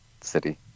city